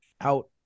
out